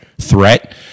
threat